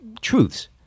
truths